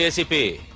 acp?